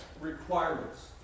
requirements